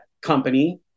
company